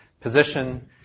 position